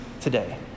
today